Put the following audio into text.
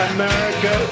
America